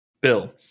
bill